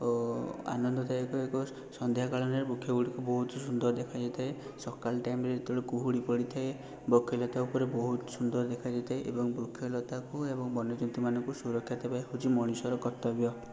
ଓ ଆନନ୍ଦଦାୟକ ଏକ ସନ୍ଧ୍ୟା କାଳୀନରେ ବୃକ୍ଷଗୁଡ଼ିକୁ ବହୁତ ସୁନ୍ଦର ଦେଖାଯାଇଥାଏ ସକାଳ ଟାଇମରେ ଯେତେବେଳେ କୁହୁଡ଼ି ପଡ଼ିଥାଏ ବୃକ୍ଷଲତା ଉପରେ ବହୁତ ସୁନ୍ଦର ଦେଖାଯାଇଥାଏ ଏବଂ ବୃକ୍ଷଲତାକୁ ଏବଂ ବନ୍ୟଜନ୍ତୁମାନଙ୍କୁ ସୁରକ୍ଷା ଦେବା ହେଉଛି ମଣିଷର କର୍ତ୍ତବ୍ୟ